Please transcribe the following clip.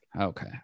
Okay